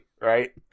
Right